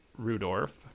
Rudorf